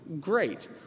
Great